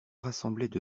rassemblaient